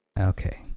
Okay